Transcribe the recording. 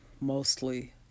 mostly